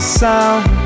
sound